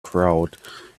crowd